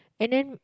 and then